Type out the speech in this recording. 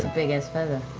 big-ass feather.